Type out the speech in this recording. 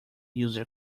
user